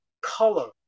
color